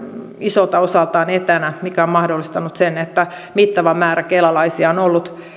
isolta osalta etänä mikä on mahdollistanut sen että mittava määrä kelalaisia on ollut